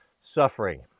Suffering